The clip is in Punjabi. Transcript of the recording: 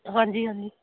ਹਾਂਜੀ ਹਾਂਜੀ